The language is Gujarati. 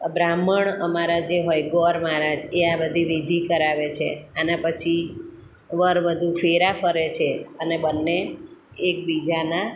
બ્રાહ્મણ અમારા જે હોય ગોર મહારાજ એ આ બધી વિધિ કરાવે છે આના પછી વર વધુ ફેરા ફરે છે અને બંને એકબીજાના